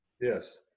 Yes